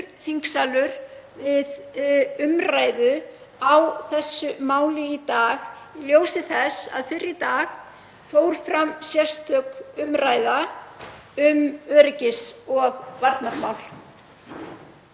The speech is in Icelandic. þingsalur við umræðu á þessu máli í dag í ljósi þess að fyrr í dag fór fram sérstök umræða um öryggis- og varnarmál.